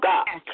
God